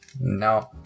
No